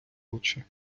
очи